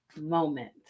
moment